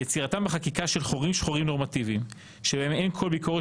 יצירתם בחקיקה של חורים שחורים נורמטיביים באין כל ביקורת